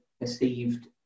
perceived